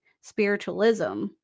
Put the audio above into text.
spiritualism